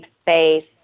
space